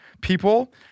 people